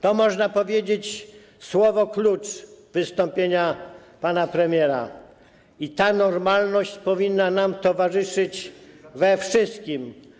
To, można powiedzieć, słowo klucz wystąpienia pana premiera i ta normalność powinna nam towarzyszyć we wszystkim.